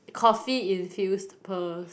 coffee infused pearls